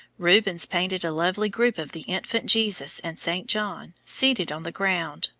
rubens painted a lovely group of the infant jesus and saint john, seated on the ground,